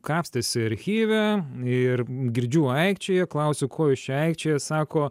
kapstėsi archyve ir girdžiu aikčioja klausiu ko jūs čia aikčiojat sako